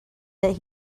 that